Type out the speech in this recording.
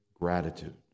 gratitude